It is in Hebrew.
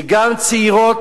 וגם צעירות,